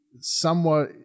somewhat